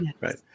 Right